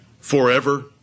forever